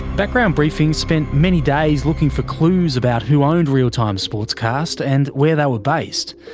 background briefing spent many days looking for clues about who owned real time sportscast and where they were based.